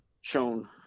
shown